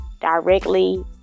directly